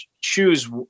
choose